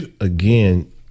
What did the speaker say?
again